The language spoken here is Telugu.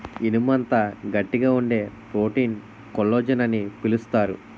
ఇనుము అంత గట్టిగా వుండే ప్రోటీన్ కొల్లజాన్ అని పిలుస్తారు